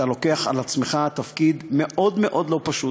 אתה לוקח על עצמך תפקיד מאוד מאוד לא פשוט,